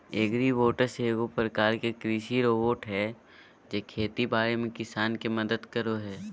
agribots एगो प्रकार के कृषि रोबोट हय जे खेती बाड़ी में किसान के मदद करो हय